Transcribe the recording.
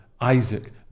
Isaac